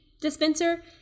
dispenser